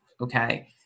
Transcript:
okay